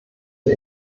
der